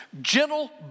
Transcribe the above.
gentle